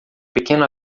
pequeno